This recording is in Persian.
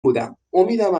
بودم، امیدم